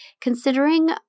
considering